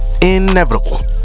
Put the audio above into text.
Inevitable